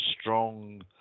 strong